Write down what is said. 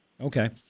Okay